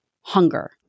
hunger